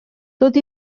tot